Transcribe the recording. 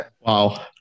Wow